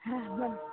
হ্যাঁ হ্যাঁ বলো